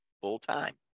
full-time